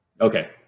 Okay